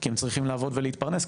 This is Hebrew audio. כי הם צריכים לעבוד ולהתפרנס,